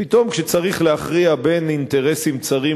פתאום כשצריך להכריע בין אינטרסים צרים